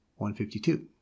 152